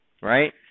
right